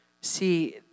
See